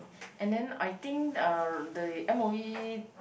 and then I think uh the m_o_e